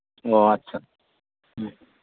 ᱚ ᱟᱪᱪᱷᱟ